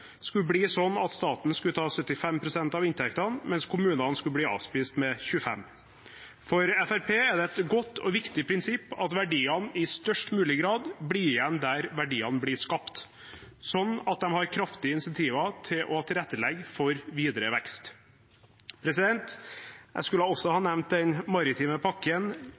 skulle bli slik at staten skulle ta 75 pst. av inntektene, mens kommunene skulle bli avspist med 25 pst. For Fremskrittspartiet er det et godt og viktig prinsipp at verdiene i størst mulig grad blir igjen der verdiene blir skapt, slik at de har kraftige insentiver til å tilrettelegge for videre vekst. Jeg skulle også ha nevnt den maritime pakken,